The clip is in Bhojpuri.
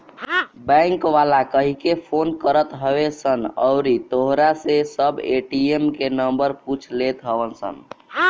बैंक वाला कहिके फोन करत हवे सन अउरी तोहरा से सब ए.टी.एम के नंबर पूछ लेत हवन सन